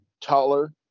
taller